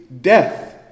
death